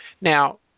Now